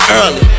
early